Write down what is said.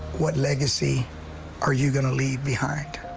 what legacy are you going to leave behind.